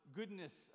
goodness